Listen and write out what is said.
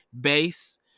base